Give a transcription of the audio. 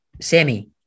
Sammy